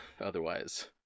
Otherwise